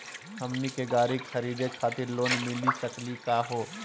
हमनी के गाड़ी खरीदै खातिर लोन मिली सकली का हो?